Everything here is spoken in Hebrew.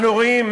אנחנו רואים,